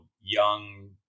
young